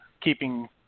keeping